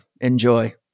Enjoy